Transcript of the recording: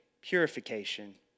purification